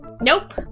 Nope